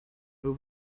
over